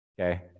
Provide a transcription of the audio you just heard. Okay